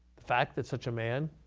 the fact that such a man